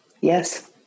Yes